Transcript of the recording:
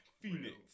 Phoenix